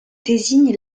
désigne